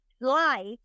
life